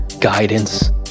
guidance